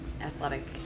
athletic